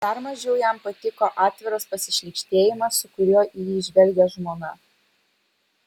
dar mažiau jam patiko atviras pasišlykštėjimas su kuriuo į jį žvelgė žmona